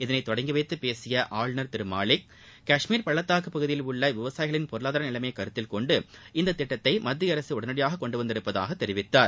இதனை தொடங்கிவைத்து பேசிய ஆளுநர் திரு மாலிக் காஷ்மீர் பள்ளத்தாக்கு பகுதியில் உள்ள விவகாயிகளின் பொருளாதார நிலைமையை கருத்தில்கொண்டு இந்த திட்டத்தை மத்திய அரக உடனடியாக கொண்டுவந்துள்ளதாக தெரிவித்தார்